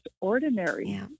ordinary